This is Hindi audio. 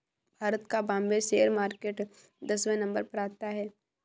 भारत का बाम्बे शेयर मार्केट दसवें नम्बर पर आता है